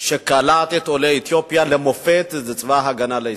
שקלט את עולי אתיופיה למופת הוא צבא-הגנה לישראל,